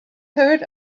heard